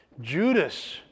Judas